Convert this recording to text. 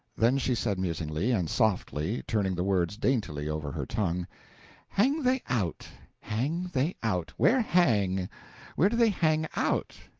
then she said musingly, and softly, turning the words daintily over her tongue hang they out hang they out where hang where do they hang out